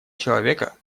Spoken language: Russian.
человека